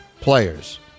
players